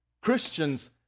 Christians